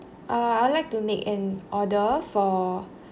uh I would like to make an order for